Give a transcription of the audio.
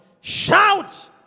shout